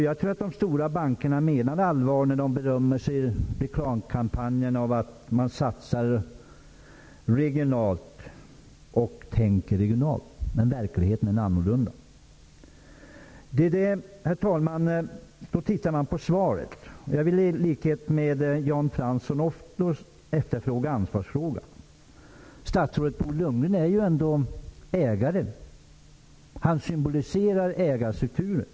Jag tror att de stora bankerna menar allvar när de i reklamkampanjer berömmer sig för att satsa och tänka regionalt. Men verkligheten är annorlunda. Herr talman! Efter att ha läst svaret vill jag i likhet med Jan Fransson efterfråga ansvarsfrågan. Statsrådet Bo Lundgren är ju ändå ägare. Han symboliserar ägarstrukturen.